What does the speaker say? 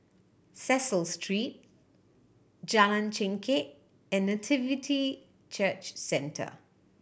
Cecil Street Jalan Chengkek and Nativity Church Centre